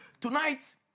Tonight